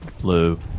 Blue